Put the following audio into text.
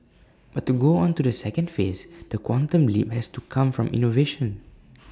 but to go on to the second phase the quantum leap has to come from innovation